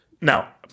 Now